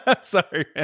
Sorry